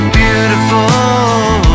beautiful